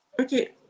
Okay